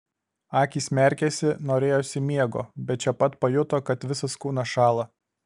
akys merkėsi norėjosi miego bet čia pat pajuto kad visas kūnas šąla